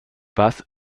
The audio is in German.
was